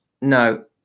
No